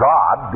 God